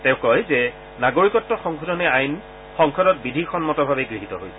তেওঁ কয় যে নাগৰিকত্ব সংশোধনী আইন সংসদত বিধিসন্মতভাৱে গৃহীত হৈছে